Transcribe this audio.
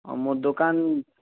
ଆଉ ମୋ ଦୋକାନ